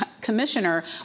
commissioner